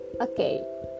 Okay